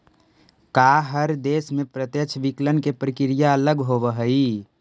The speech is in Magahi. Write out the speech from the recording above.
का हर देश में प्रत्यक्ष विकलन के प्रक्रिया अलग होवऽ हइ?